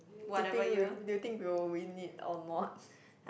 do you think we'll do you think we'll win it or not